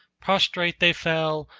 prostrate they fell,